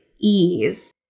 ease